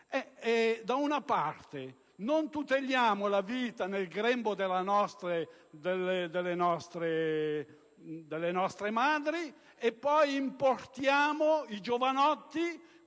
da una parte non tuteliamo la vita nel grembo delle nostre madri, e dall'altra importiamo i giovanotti